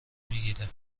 میگیره